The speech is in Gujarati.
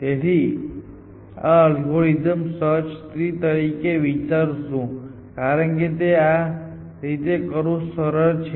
તેથી અમે આ અલ્ગોરિધમને સર્ચ ટ્રી તરીકે વિચારીશું કારણ કે તે આ રીતે કરવું સરળ છે